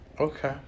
Okay